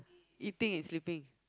eating and sleeping